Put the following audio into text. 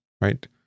right